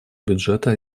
бюджета